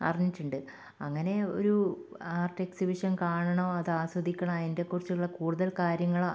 അറിഞ്ഞിട്ടുണ്ട് അങ്ങനെ ഒരു ആർട്ട് എക്സിബിഷൻ കാണണം അത് ആസ്വദിക്കണം അതിൻ്റെ കുറിച്ചുള്ള കൂടുതൽ കാര്യങ്ങൾ